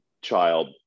child